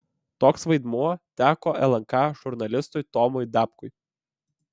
toks vaidmuo teko lnk žurnalistui tomui dapkui